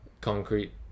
concrete